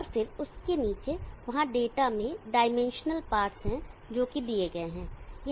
और फिर उसके नीचे वहां डेटा के डाइमेंशनल पार्ट हैं जो कि दिए गए हैं